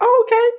okay